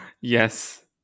yes